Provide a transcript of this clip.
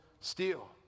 steal